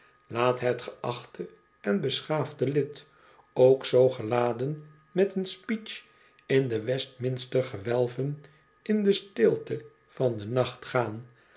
laat het geachte en beschaafde lid ook zoo geladen met een speech in de westminster gewelven in de stilte van den nacht gaan